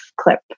clip